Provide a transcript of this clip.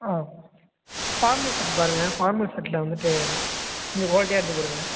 ஆ formal shirt பாருங்கள் formal ஷர்ட்டில் வந்துட்டு கொஞ்சம் குவாலிட்டியாக எடுத்து போடுங்கள்